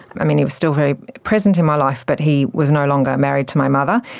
i mean, he was still very present in my life but he was no longer married to my mother,